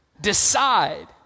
Decide